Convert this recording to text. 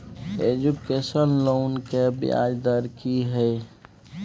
Education loan के ब्याज दर की हय?